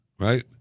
Right